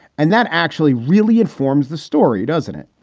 and that actually really informs the story, doesn't it?